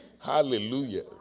Hallelujah